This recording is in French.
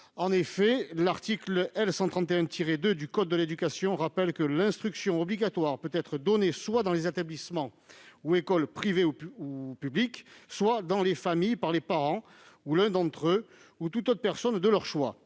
En effet, l'article L. 131-2 du code de l'éducation rappelle que « l'instruction obligatoire peut être donnée soit dans les établissements ou écoles publics ou privés, soit dans les familles par les parents, ou l'un d'entre eux, ou toute personne de leur choix.